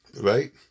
right